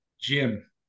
Jim